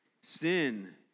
Sin